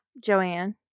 Joanne